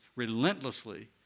relentlessly